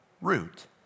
root